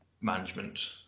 management